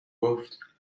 گفت